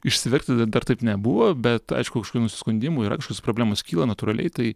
išsiverkti dar taip nebuvo bet aišku kažkokių nusiskundimų yra kažkokios problemos kyla natūraliai tai